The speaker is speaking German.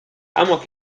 amok